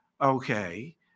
Okay